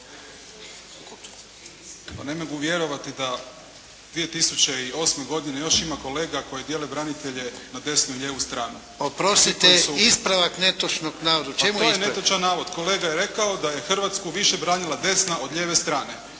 Pa ne mogu vjerovati da 2008. godine još ima kolega koji dijele branitelje na desnu i lijevu stranu. **Jarnjak, Ivan (HDZ)** Oprostite ispravak netočnog navoda. U čemu je štos? **Jovanović, Željko (SDP)** Pa to je netočan navod. Kolega je rekao da je Hrvatsku više branila desna od lijeve strane.